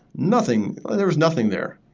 nothing there was nothing there.